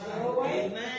Amen